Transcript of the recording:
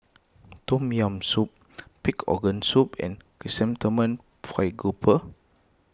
Tom Yam Soup Pig's Organ Soup and Chrysanthemum Fried Grouper